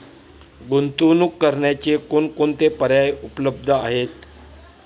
गुंतवणूक करण्याचे कोणकोणते पर्याय उपलब्ध आहेत?